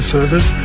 Service